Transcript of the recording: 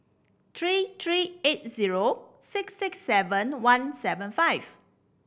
three three eight zero six six seven one seven five